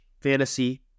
fantasy